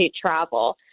travel